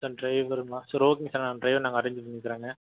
sir ட்ரைவருமா sir ஓகேங்க sir நான் ட்ரைவர் நாங்கள் அரேஞ்சு பண்ணிக்குறேங்க